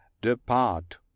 depart